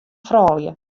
froulju